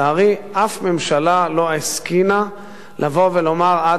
אף ממשלה לא הסכינה לבוא ולומר: עד כאן,